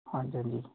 ਹਾਂਜੀ ਹਾਂਜੀ